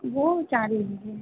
वह चार ही दीजिए